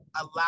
allow